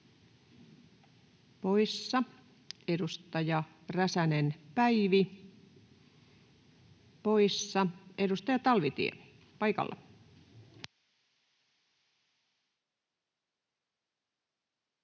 poissa. Edustaja Räsänen, Päivi, poissa. — Edustaja Talvitie paikalla.